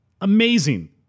Amazing